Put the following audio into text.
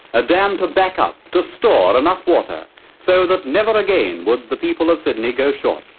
a dam to back up, to store enough water so that never again would the people of sydney go short,